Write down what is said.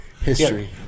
History